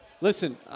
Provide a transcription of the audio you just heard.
Listen